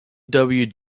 dot